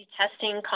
testing